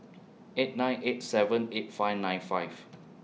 eight nine eight seven eight five nine five